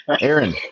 Aaron